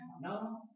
No